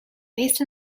based